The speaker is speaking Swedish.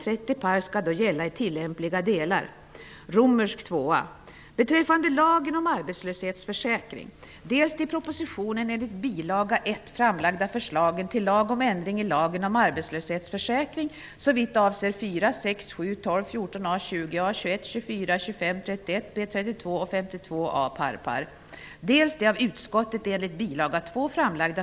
Regeringsförslaget medför i detta hänseende inte bara den nyss nämnda utförsäkringen utan också att möjligheterna att kvalificera sig för den första ersättningsperioden försämras. Två olika arbetsvillkor komplicerar regelsystemet och ökar byråkratin.